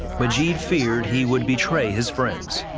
majit feared he would betray his friends.